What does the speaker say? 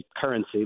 currency